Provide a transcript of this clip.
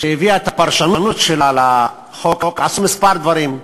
כשהביאה את הפרשנות שלה לחוק, עשו כמה דברים,